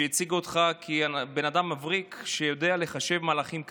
שהציגה אותך כבן אדם מבריק שיודע לחשב מהלכים קדימה,